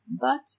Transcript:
But